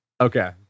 Okay